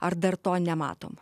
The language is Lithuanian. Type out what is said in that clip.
ar dar to nematom